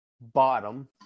bottom